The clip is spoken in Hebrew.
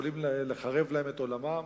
יכולים לחרב להם את עולמם.